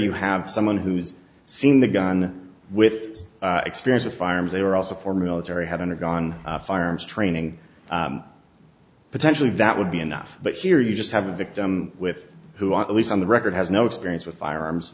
you have someone who's seen the gun with experience with firearms they were also for military have undergone firearms training potentially that would be enough but here you just have a victim with who at least on the record has no experience with firearms